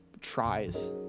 tries